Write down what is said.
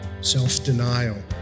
self-denial